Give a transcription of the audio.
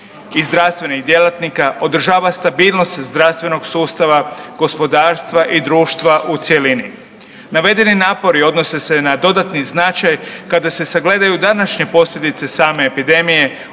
i zdravstvenih djelatnika održava stabilnost zdravstvenog sustava, gospodarstva i društva u cjelini. Navedeni napori odnose se na dodatni značaj kada se sagledaju današnje posljedice same epidemije